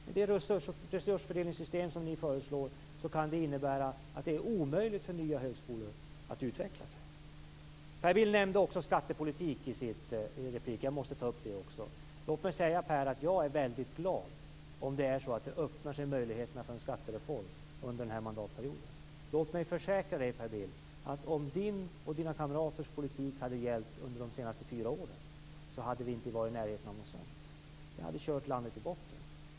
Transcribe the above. Med det resursfördelningssystem som ni föreslår blir det omöjligt för nya högskolor att utvecklas. Per Bill nämnde också skattepolitiken i sin replik. Låt mig säga, Per, att jag är väldigt glad om det öppnas möjligheter för en skattereform under denna mandatperiod. Jag kan försäkra att om Per Bills och hans kamraters politik hade gällt under de senaste fyra åren, hade vi inte varit i närheten av något sådant - ni hade kört landet i botten.